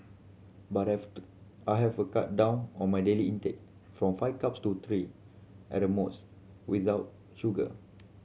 but I've I have a cut down on my daily intake from five cups to three at the most without sugar